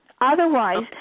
otherwise